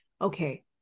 okay